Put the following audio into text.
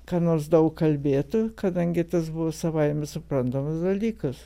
ką nors daug kalbėtų kadangi tas buvo savaime suprantamas dalykas